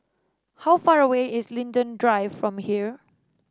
how far away is Linden Drive from here